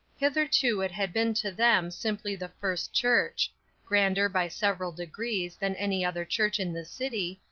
hitherto it had been to them simply the first church grander, by several degrees, than any other church in the city,